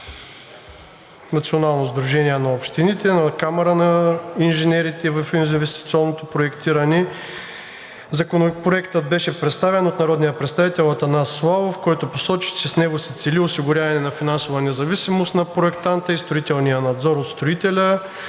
Националното сдружение на общините в България и Камарата на инженерите в инвестиционното проектиране. Законопроектът беше представен от народния представител Атанас Славов, който посочи, че с него се цели осигуряването на финансова независимост на проектанта и строителния надзор от строителя,